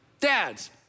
Dads